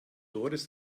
doris